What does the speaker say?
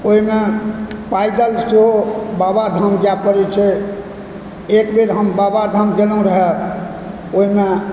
ओहिमे पैदल सेहो बाबा धाम जाए पड़ै छै एक बेर हम बाबा धाम गेलहुँ रहै ओहिमे